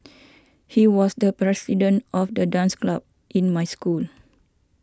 he was the president of the dance club in my school